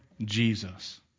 Jesus